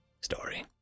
story